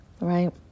right